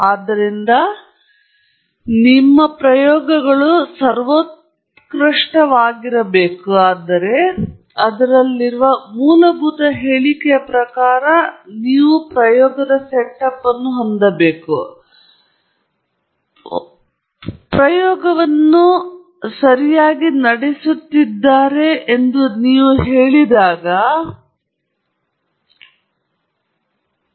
ಆದ್ದರಿಂದ ನೀವು ಪ್ರಯೋಗಗಳು ಸರ್ವೋತ್ಕೃಷ್ಟವಾಗಿರುತ್ತವೆ ಮತ್ತು ಅದರಲ್ಲಿರುವ ಮೂಲಭೂತ ಹೇಳಿಕೆಯ ಪ್ರಕಾರ ಅವರು ಹೊಂದಿರುವ ಪ್ರಯೋಗವನ್ನು ನೀವು ಪ್ರಯೋಗವನ್ನು ಸರಿಯಾಗಿ ನಡೆಸುತ್ತಿದ್ದಾರೆ ಎಂದು ನೀವು ಹೇಳಿದಾಗ ಮುಖ್ಯವಾಗಿದೆ